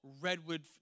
redwood